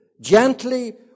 gently